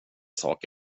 sak